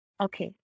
okay